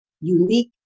unique